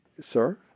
sir